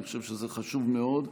אני חושב שזה חשוב מאוד.